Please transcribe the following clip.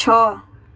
છ